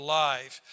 life